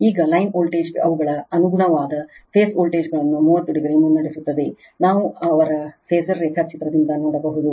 ಈಗ line voltage ಅವುಗಳ ಅನುಗುಣವಾದ ಫೇಸ್ ವೋಲ್ಟೇಜ್ಗಳನ್ನು 30 o ಮುನ್ನಡೆಸುತ್ತದೆ ನಾವು ಅವರ ಫಾಸರ್ ರೇಖಾಚಿತ್ರದಿಂದ ನೋಡಬಹುದು